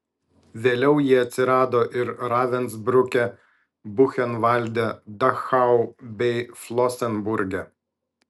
vėliau jie atsirado ir ravensbruke buchenvalde dachau bei flosenburge